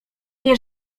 nie